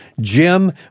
Jim